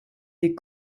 des